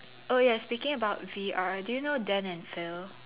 oh ya speaking about V_R do you know Dan and Phil